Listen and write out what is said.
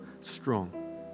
strong